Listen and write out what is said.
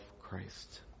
Christ